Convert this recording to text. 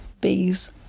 Bees